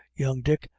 young dick,